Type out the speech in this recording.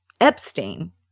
Epstein